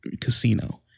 Casino